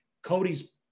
Cody's